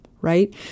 Right